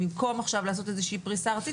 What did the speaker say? במקום עכשיו לעשות איזושהי פריסה ארצית,